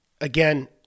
Again